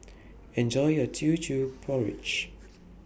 Enjoy your Teochew Porridge